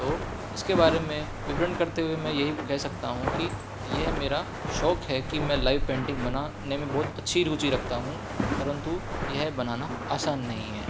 तो इसके बारे में विवरण करते हुए मैं यही कह सकता हूँ कि यह मेरा शौक है कि मैं लाइव पेंटिंग बनाने में बहुत अच्छी रूचि रखता हूँ परन्तु यह बनाना आसान नहीं है